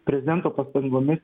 prezidento pastangomis